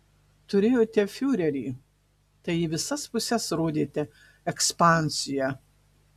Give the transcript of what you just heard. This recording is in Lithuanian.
turėjote fiurerį tai į visas puses rodėte ekspansiją